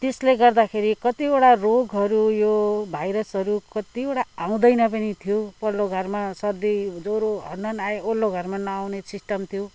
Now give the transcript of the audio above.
त्यसले गर्दाखेरि कतिवटा रोगहरू यो भाइरसहरू कतिवटा आउँदैन पनि थियो पल्लो घरमा सर्दी ज्वरो हनहन आयो वल्लो घरमा नआउने सिस्टम थियो